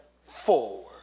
forward